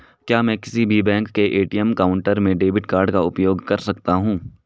क्या मैं किसी भी बैंक के ए.टी.एम काउंटर में डेबिट कार्ड का उपयोग कर सकता हूं?